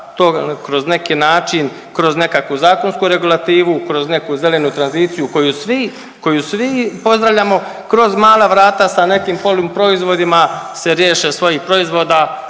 kroz neki način, kroz nekakvu zakonsku regulativu, kroz neku zelenu tranziciju koju svi, koju svi pozdravljamo, kroz mala vrata sa nekim poluproizvodima se riješe svojih proizvoda,